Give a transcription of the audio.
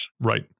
Right